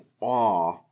awe